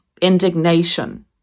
indignation